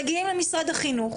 מגיעים למשרד החינוך.